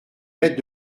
lettre